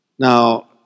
Now